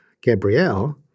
Gabrielle